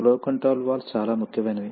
flow control valves చాలా ముఖ్యమైనవి